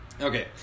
Okay